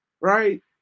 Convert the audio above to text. right